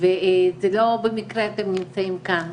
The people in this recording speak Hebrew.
וזה לא במקרה אתם נמצאים כאן,